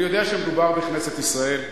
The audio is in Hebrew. אני יודע שמדובר בכנסת ישראל,